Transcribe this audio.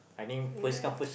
ya